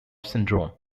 syndrome